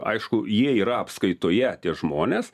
aišku jie yra apskaitoje tie žmonės